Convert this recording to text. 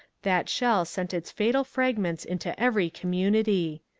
that shell sent its fatal fragments into every community.